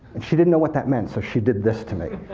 she didn't know what that meant, so she did this to me.